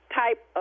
type